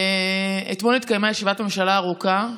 אתמול התקיימה ישיבת ממשלה ארוכה,